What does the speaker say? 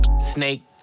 Snake